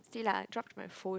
see lah drop my phone